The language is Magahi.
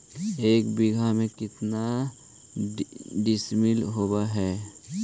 एक बीघा में केतना डिसिमिल होव हइ?